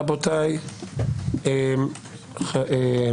רבותיי, רבותיי.